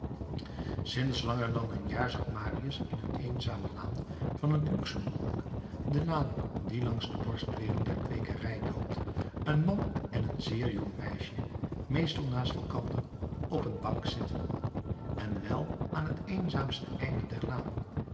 sinds langer dan een jaar zag marius in een eenzame laan van het luxemburg de laan die langs de borstwering der kweekerij loopt een man en een zeer jong meisje meestal naast elkander op een bank zitten en wel aan het eenzaamste einde der laan